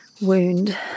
wound